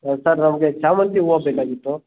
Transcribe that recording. ಹಾಂ ಸರ್ ನಮಗೆ ಚಾಮಂತಿ ಹೂವ ಬೇಕಾಗಿತ್ತು